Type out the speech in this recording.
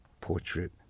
portrait